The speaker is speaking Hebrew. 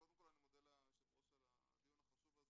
קודם כל אני מודה ליושבת הראש על הדיון החשוב הזה.